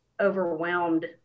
overwhelmed